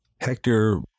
Hector